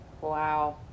Wow